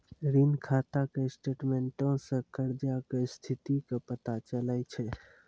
ऋण खाता के स्टेटमेंटो से कर्जा के स्थिति के पता चलै छै